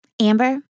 Amber